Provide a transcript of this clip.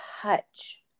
touch